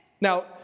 Now